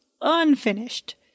unfinished